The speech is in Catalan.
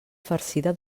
farcida